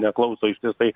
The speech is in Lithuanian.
neklauso ištisai